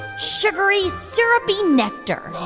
sugary, syrupy nectar